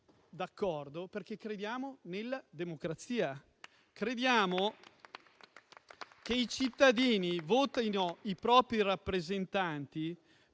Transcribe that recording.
d'accordo perché crediamo nella democrazia. Crediamo che i cittadini votano i propri rappresentanti